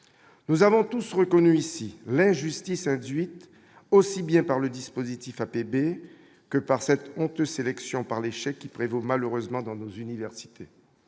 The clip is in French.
nous avons tous reconnu ici l'injustice induite, aussi bien par le dispositif APB que par cette honte sélection par l'échec qui prévaut malheureusement dans nos universités.